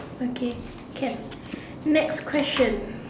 okay can next question